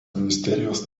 ministerijos